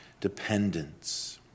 dependence